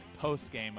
postgame